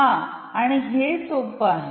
हा आणि हे सोपे आहे